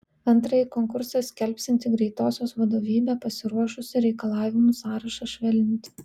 antrąjį konkursą skelbsianti greitosios vadovybė pasiruošusi reikalavimų sąrašą švelninti